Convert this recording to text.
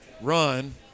run